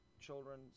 children